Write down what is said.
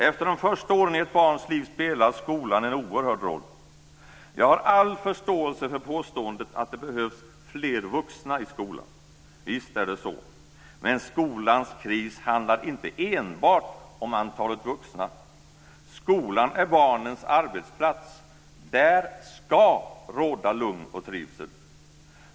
Efter de första åren i ett barns liv spelar skolan en oerhörd roll. Jag har all förståelse för påståendet att det behövs fler vuxna i skolan. Visst är det så. Men skolans kris handlar inte enbart om antalet vuxna. Skolan är barnens arbetsplats. Där ska råda lugn och trivsel.